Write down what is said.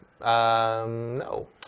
No